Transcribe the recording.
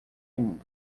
indo